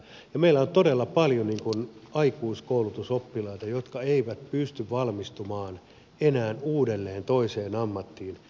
meillä on todella paljon aikuiskoulutusoppilaita jotka eivät pysty valmistumaan enää uudelleen toiseen ammattiin